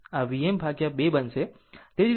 આમ આ Vm ભાગ્યા 2 બનશે